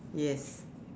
yes